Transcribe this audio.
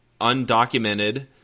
undocumented